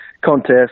Contest